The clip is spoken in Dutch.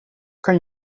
kan